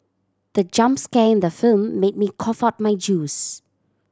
the jump scare in the film made me cough out my juice